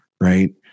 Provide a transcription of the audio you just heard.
Right